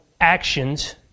actions